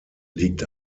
liegt